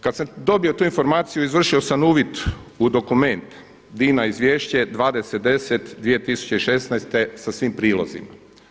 Kada sam dobio tu informaciju izvršio sam uvid u dokument Dina izvješće 20.10.2016. sa svim prilozima.